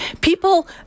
People